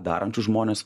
darančius žmones